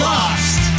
Lost